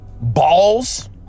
balls